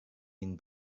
been